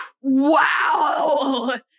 wow